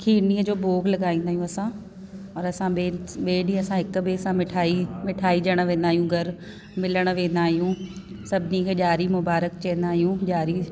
खीरनीअ जो भोग लॻाईंदा आहियूं असां और असां ॿिए ॿिए ॾींहं असां हिक ॿिए सां मिठाई मिठाई ॾियणु वेंदा आहियूं घर मिलणु वेंदा आहियूं सभिनी खे ॾिआरी मुबारक चवंदा आहियूं ॾिआरी